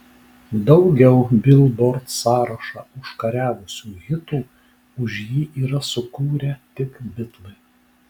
daugiau bilbord sąrašą užkariavusių hitų už jį yra sukūrę tik bitlai